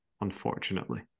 unfortunately